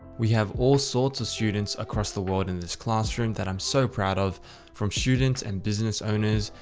we have all sorts of students across the world in this classroom that i'm so proud of from students and business owners,